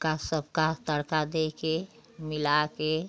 का सबका तड़का दे कर मिला कर